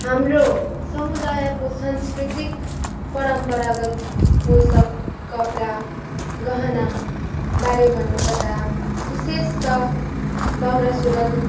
हाम्रो समुदायको संस्कृतिक परम्परागत पोसाक कपडा गहनाबारे भन्नुपर्दा विशेष त दाउरा सुरुवाल